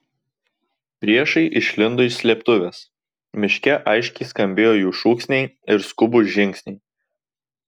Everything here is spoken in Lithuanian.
priešai išlindo iš slėptuvės miške aiškiai skambėjo jų šūksniai ir skubūs žingsniai